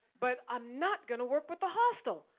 but i'm not gonna work with the hostile.